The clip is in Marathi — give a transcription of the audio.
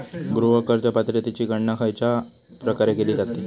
गृह कर्ज पात्रतेची गणना खयच्या प्रकारे केली जाते?